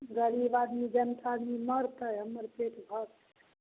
गरीब आदमी जनता आदमी मरतै हमर पेट भरतै